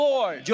Lord